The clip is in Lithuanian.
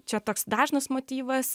čia toks dažnas motyvas